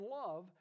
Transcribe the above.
love